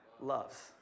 loves